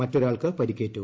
മറ്റൊരാൾക്ക് പരിക്കേറ്റു